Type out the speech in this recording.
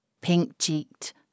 pink-cheeked